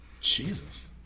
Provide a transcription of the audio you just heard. Jesus